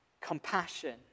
Compassion